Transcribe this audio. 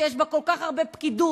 שיש שם כל כך הרבה פקידות,